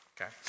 okay